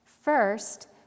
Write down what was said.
First